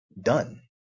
done